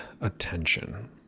attention